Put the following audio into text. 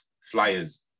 flyers